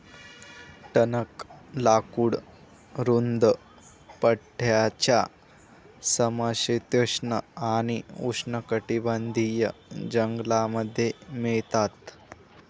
टणक लाकूड रुंद पट्ट्याच्या समशीतोष्ण आणि उष्णकटिबंधीय जंगलांमध्ये मिळतात